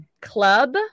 club